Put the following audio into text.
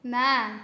ନା